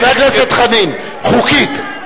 חבר הכנסת חנין, חוקית.